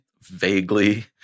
vaguely